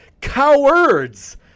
cowards